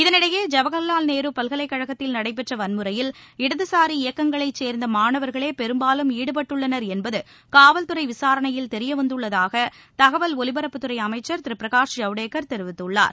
இதனிடையே ஜவஹர்வால் நேரு பல்கலைக்கழகத்தில் நடைபெற்ற வன்முறையில் இடதுசாரி இயக்கங்களை சேர்ந்த மாணவர்களே பெரும்பாலும் ஈடுபட்டுள்ளனர் என்பது காவல்துறை விசாரணையில் தெரியவந்துள்ளதாக தகவல் ஒலிபரப்புத்துறை அமைச்சர் திரு பிரகாஷ் ஜவடேகர் தெரிவித்துள்ளார்